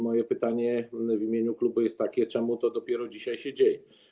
Moje pytanie w imieniu klubu jest takie: Dlaczego to dopiero dzisiaj się dzieje?